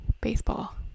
baseball